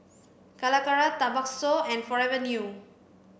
Calacara Tabasco and Forever New